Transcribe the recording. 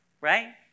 right